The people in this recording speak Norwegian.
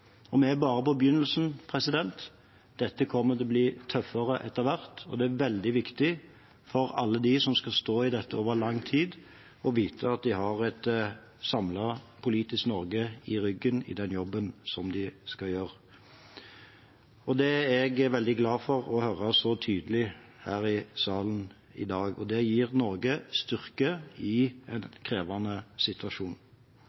Og vi er bare i begynnelsen – dette kommer til å bli tøffere etter hvert – og det er veldig viktig for dem som skal stå i dette over lang tid, å vite at de har et samlet politisk Norge i ryggen i den jobben de skal gjøre. Det er jeg veldig glad for å høre så tydelig her i salen i dag. Det gir Norge styrke i